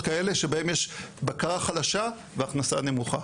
כאלה שבהן יש בקרה חלשה והכנסה נמוכה.